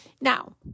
Now